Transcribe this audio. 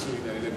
הנישואים האלה,